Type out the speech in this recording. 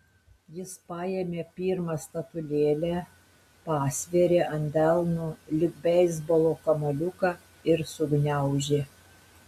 jis paėmė pirmą statulėlę pasvėrė ant delno lyg beisbolo kamuoliuką ir sugniaužė